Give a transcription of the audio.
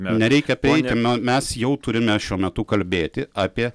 nereikia prieiti mes jau turime šiuo metu kalbėti apie